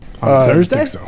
Thursday